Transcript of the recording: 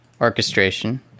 orchestration